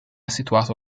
situato